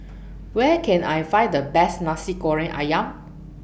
Where Can I Find The Best Nasi Goreng Ayam